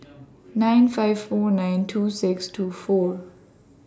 nine five four nine two six two four